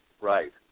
Right